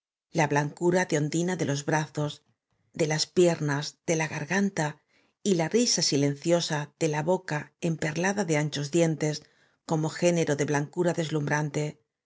la blancura de ondina de l o s b r a z o s de las piernas de la garganta y la risa silenciosa de la boca emperlada de a n c h o s dientes otro g é nero de blancura d e